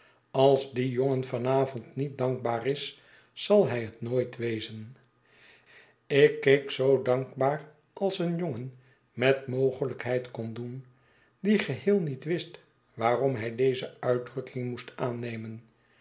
als die jongen van avond niet dankbaar is zal hij het nooit wezen ik keek zoo dankbaar als een jongen met mogelijkheid kon doen die geheel niet wist waarom hij deze uitdrukking moest aannemen